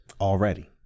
already